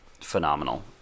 phenomenal